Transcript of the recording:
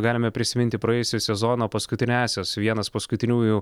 galime prisiminti praėjusio sezono paskutiniąsias vienas paskutiniųjų